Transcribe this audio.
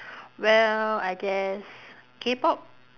well I guess K-pop